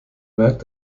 merkt